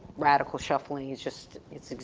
radical shuffling, is just, it's,